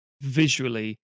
visually